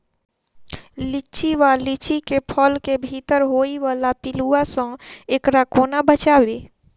लिच्ची वा लीची केँ फल केँ भीतर होइ वला पिलुआ सऽ एकरा कोना बचाबी?